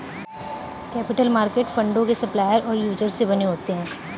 capital market फंडों के supplier और यूजर से बने होते हैं